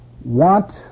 want